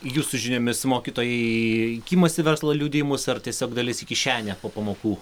jūsų žiniomis mokytojai imasi verslo liudijimus ar tiesiog dalis į kišenę po pamokų